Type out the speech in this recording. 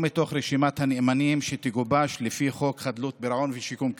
מתוך רשימת הנאמנים שתגובש לפי חוק חדלות פירעון ושיקום כלכלי,